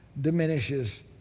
diminishes